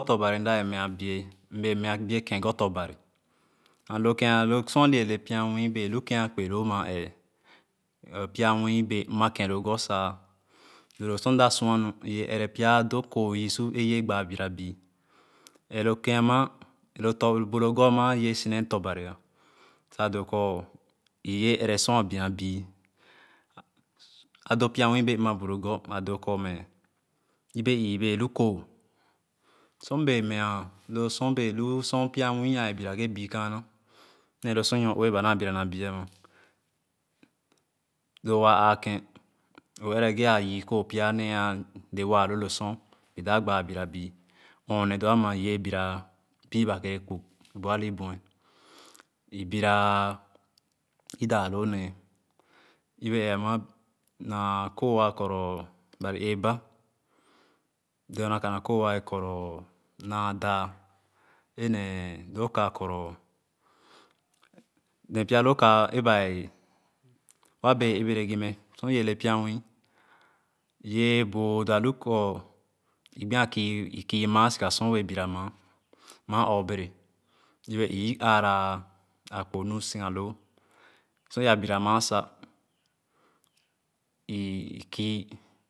Bugor tobami mata wee mẽa bée mbẽẽ meẽa biebugor tõban lokẽa sor alii bẽẽ lepianwii wee lu keapeloo maaẽẽ nyõbẽẽ pyanwii bẽẽ mma kẽ logor sa sor mda sua nu aawee ere pya adokõõe wee birabii eloo ke ama bu loogor eukee su nee tõ bari sa dõõ kõ ããweeere sore beabii a doko pya nwii bẽẽ mmabu logor a doo kũme a do pyamuii bẽẽ mma bu logor sor mbẽẽ mẽa lo sor biikaana nalle lo sor nyorue ba naa bira naabii ama lowaa aakẽn o eye ge a yiikõõ pya nẽẽ ale waalõõ lo sor bi dap gbãã birabii poneh doo ama ewee birabii ewee kere kpug bu alii bue i bira edãã loonee bu aliibue yebe eẽama na kõõ a koro barieeba doonaka nakõõ a naadah ene looka koro ne pyaloka eebãã wabẽẽ ibere gim sor ibeele pyanwii e wee boo lo a lu kor i gbo a kiimãã siga sor wee a bira mãã ɔɔbere yebe i ããra a kpo nu siga loo sor yaa bira mãã sa ikii.